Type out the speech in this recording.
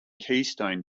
keystone